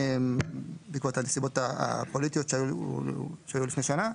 בעקבות הנסיבות הפוליטיות שהיו לפני שנה,